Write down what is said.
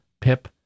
Pip